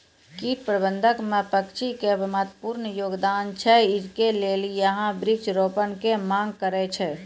कीट प्रबंधन मे पक्षी के महत्वपूर्ण योगदान छैय, इकरे लेली यहाँ वृक्ष रोपण के मांग करेय छैय?